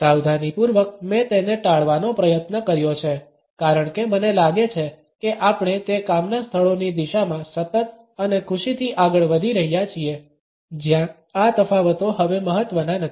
સાવધાનીપૂર્વક મેં તેને ટાળવાનો પ્રયત્ન કર્યો છે કારણ કે મને લાગે છે કે આપણે તે કામના સ્થળોની દિશામાં સતત અને ખુશીથી આગળ વધી રહ્યા છીએ જ્યાં આ તફાવતો હવે મહત્વના નથી